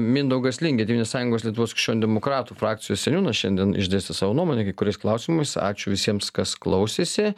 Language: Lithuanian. mindaugas lingė tėvynės sąjungos lietuvos krikščionių demokratų frakcijos seniūna šiandien išdėstė savo nuomonę kai kuriais klausimais ačiū visiems kas klausėsi